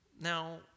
Now